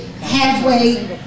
halfway